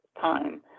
time